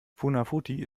funafuti